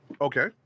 okay